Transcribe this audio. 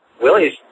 Willie's